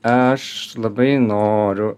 aš labai noriu